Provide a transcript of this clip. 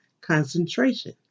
concentration